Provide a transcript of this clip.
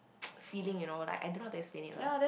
feeling you know like I don't know how to explain it lah